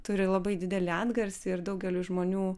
turi labai didelį atgarsį ir daugeliui žmonių